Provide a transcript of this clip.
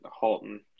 Halton